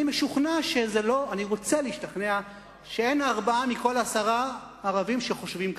אני רוצה להשתכנע שאין ארבעה מכל עשרה ערבים שחושבים כך.